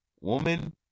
woman